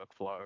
workflow